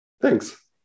Thanks